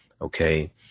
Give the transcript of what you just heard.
Okay